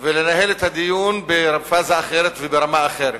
ולנהל את הדיון בפאזה אחרת וברמה אחרת.